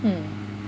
mm